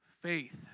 Faith